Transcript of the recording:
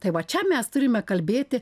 tai va čia mes turime kalbėti